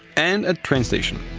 and a train station.